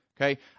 okay